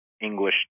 English